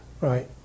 right